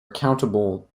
accountable